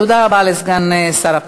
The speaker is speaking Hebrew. תודה רבה לסגן שר הפנים.